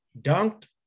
dunked